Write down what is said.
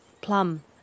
plum